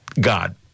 God